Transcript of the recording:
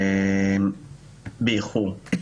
באיחור.